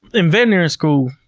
in veterinary school,